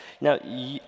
Now